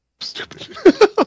stupid